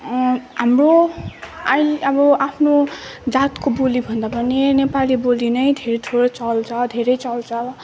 हाम्रो आई अब आफ्नो जातको बोलीभन्दा पनि नेपाली बोली नै धेरथोर चल्छ धेरै चल्छ